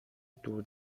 دور